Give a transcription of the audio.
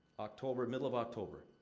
october middle of october.